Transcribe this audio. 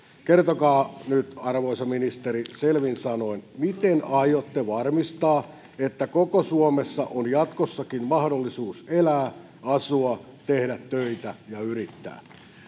kertokaa nyt arvoisa ministeri selvin sanoin miten aiotte varmistaa että koko suomessa on jatkossakin mahdollisuus elää asua tehdä töitä ja yrittää